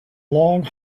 long